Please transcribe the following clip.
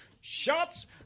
Shots